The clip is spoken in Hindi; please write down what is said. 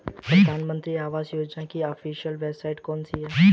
प्रधानमंत्री आवास योजना की ऑफिशियल वेबसाइट कौन सी है?